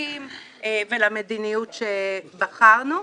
לחוקים ולמדיניות שבחרנו.